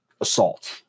assault